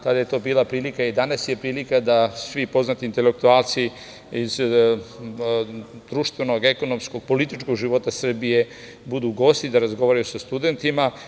Tada je to bila prilika i danas je prilika da svi poznati intelektualci iz društvenog, ekonomskog, političkog života Srbije budu gosti, da razgovaraju sa studentima.